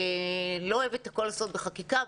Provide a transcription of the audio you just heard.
אני לא אוהבת לעשות הכול בחקיקה,